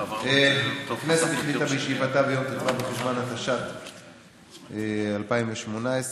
הכנסת החליטה בישיבתה ביום ט"ו בחשוון התשע"ט 2018,